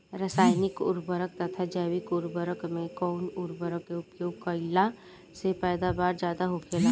रसायनिक उर्वरक तथा जैविक उर्वरक में कउन उर्वरक के उपयोग कइला से पैदावार ज्यादा होखेला?